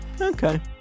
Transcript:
Okay